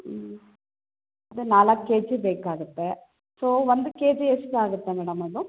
ಹ್ಞೂ ಅದು ನಾಲ್ಕು ಕೆ ಜಿ ಬೇಕಾಗುತ್ತೆ ಸೊ ಒಂದು ಕೆ ಜಿ ಎಷ್ಟು ಆಗುತ್ತೆ ಮೇಡಮ್ ಅದು